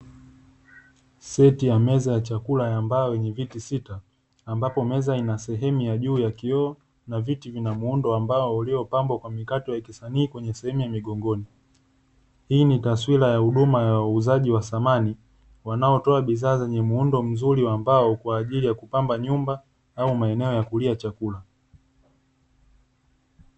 Seti ya meza ya chakula ya mbao yenye viti sita ambapo meza ina sehemu ya juu ya kioo na viti vinamuundo ambao uliokatwa kwa usanii kwenye sehemu ya migongoni, hii ni taswira ya wauzaji wa samani wanaotoa bidhaa zenye muundo mzuri wa mbao kwa ajili ya kupamba nyumba au maeneo ya kulia chakula.